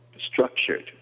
structured